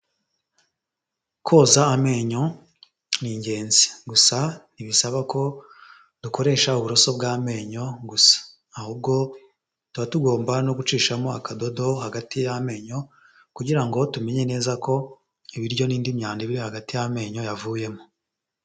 Koza amenyo ni ingenzi. Gusa ntibisaba ko dukoresha uburoso bw'amenyo gusa. Ahubwo tuba tugomba no gucishamo akadodo hagati y'amenyo kugira ngo tumenye neza ko ibiryo n'indi myanda iba iri hagati y'amenyo yavuyemo.